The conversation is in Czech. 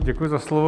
Děkuji za slovo.